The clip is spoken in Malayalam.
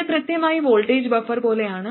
ഇത് കൃത്യമായി വോൾട്ടേജ് ബഫർ പോലെയാണ്